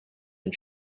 and